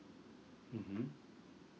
mmhmm